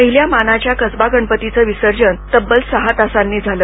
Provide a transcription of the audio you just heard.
पहिल्या मानाच्या कसबा गणपतीचं विसर्जन तब्बल सहा तासांनी झालं